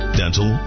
dental